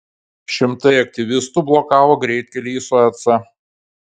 šimtai aktyvistų blokavo greitkelį į suecą